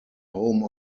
home